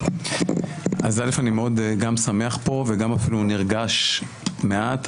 אז אני מאוד שמח פה, וגם אפילו נרגש במעט.